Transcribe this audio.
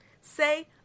Say